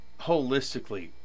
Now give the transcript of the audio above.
holistically